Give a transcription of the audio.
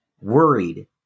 worried